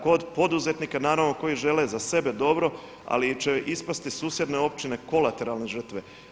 Kod poduzetnika naravno koji žele za sebe dobro, ali će ispasti susjedne općine kolateralne žrtve.